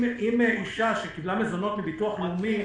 אם אשה שקיבלה מזונות מביטוח לאומי,